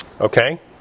Okay